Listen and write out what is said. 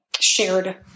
shared